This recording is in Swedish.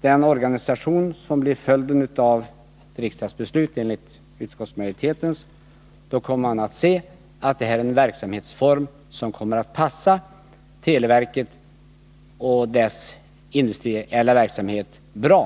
den organisation som blir följden av ett riksdagsbeslut enligt utskottsmajoritetens förslag, är jag helt övertygad om att man kommer att inse att det är fråga om en verksamhetsform som passar televerket och dess industriella verksamhet bra.